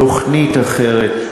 תוכנית אחרת,